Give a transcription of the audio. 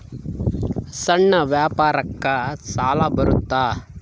ಸಣ್ಣ ವ್ಯಾಪಾರಕ್ಕ ಸಾಲ ಬರುತ್ತಾ?